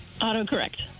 Auto-correct